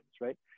right